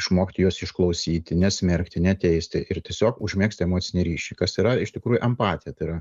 išmokti juos išklausyti nesmerkti neteisti ir tiesiog užmegzti emocinį ryšį kas yra iš tikrųjų empatija tai yra